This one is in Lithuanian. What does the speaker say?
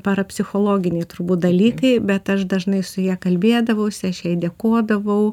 parapsichologiniai turbūt dalykai bet aš dažnai su ja kalbėdavausi aš dėkodavau